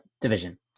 division